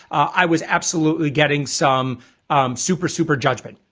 i was absolutely getting some super super judgement